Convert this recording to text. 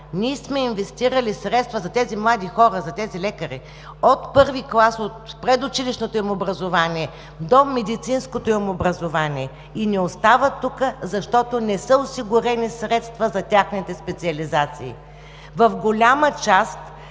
ние сме инвестирали средства, за тези млади хора, за тези лекари – от предучилищното им образование до медицинското им образование, и не остават тук, защото не са осигурени средства за техните специализации. В голяма част